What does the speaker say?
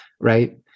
right